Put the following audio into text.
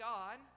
God